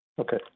Okay